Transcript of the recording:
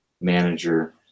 manager